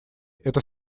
это